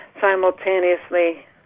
simultaneously